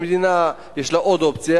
למדינה יש עוד אופציה,